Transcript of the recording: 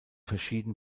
verschieden